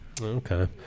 Okay